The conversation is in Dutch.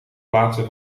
plaatsen